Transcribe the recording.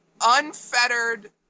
unfettered